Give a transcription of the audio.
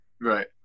right